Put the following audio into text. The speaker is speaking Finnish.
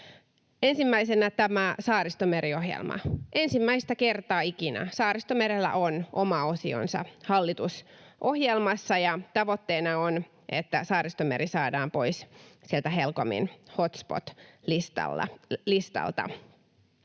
Ensimmäisenä on Saaristomeri-ohjelma. Ensimmäistä kertaa ikinä Saaristomerellä on oma osionsa hallitusohjelmassa. Tavoitteena on, että Saaristomeri saadaan pois HELCOMin hotspot-listalta.